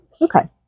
Okay